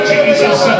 Jesus